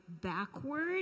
backward